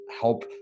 help